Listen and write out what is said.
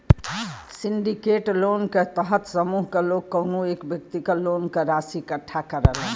syndicate loan क तहत समूह क लोग कउनो एक व्यक्ति क लोन क राशि इकट्ठा करलन